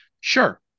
sure